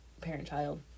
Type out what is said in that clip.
parent-child